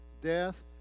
death